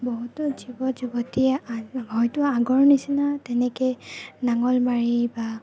বহুতো যুৱক যুৱতীয়ে হয়তো আগৰ নিচিনা তেনেকে নাঙল মাৰি বা